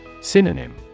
Synonym